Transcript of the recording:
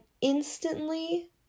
instantly